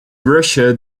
russia